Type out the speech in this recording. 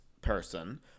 person